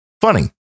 funny